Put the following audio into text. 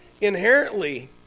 inherently